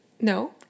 No